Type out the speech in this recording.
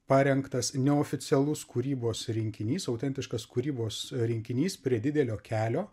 parengtas neoficialus kūrybos rinkinys autentiškas kūrybos rinkinys prie didelio kelio